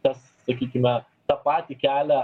tas sakykime tą patį kelią